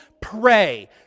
pray